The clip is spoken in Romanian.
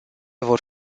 vor